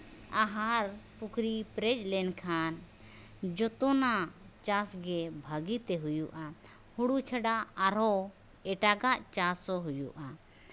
ᱟᱦᱟᱨ ᱯᱩᱠᱷᱨᱤ ᱯᱮᱨᱮᱡ ᱞᱮᱱᱠᱷᱟᱱ ᱡᱷᱚᱛᱚᱱᱟᱜ ᱪᱟᱥ ᱜᱮ ᱵᱷᱟᱹᱜᱤᱛᱮ ᱦᱩᱭᱩᱜᱼᱟ ᱦᱩᱲᱩ ᱪᱷᱟᱰᱟ ᱟᱨᱦᱚᱸ ᱮᱴᱟᱜᱟ ᱪᱟᱥ ᱦᱚᱸ ᱦᱩᱭᱩᱜᱼᱟ